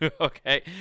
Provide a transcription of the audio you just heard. okay